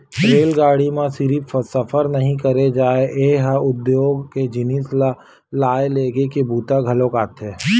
रेलगाड़ी म सिरिफ सफर नइ करे जाए ए ह उद्योग के जिनिस ल लाए लेगे के बूता घलोक आथे